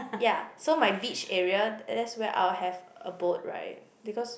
ya so my beach area that's where I will have a boat right because